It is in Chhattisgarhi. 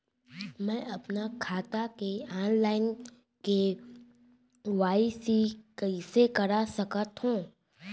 मैं अपन खाता के ऑनलाइन के.वाई.सी कइसे करा सकत हव?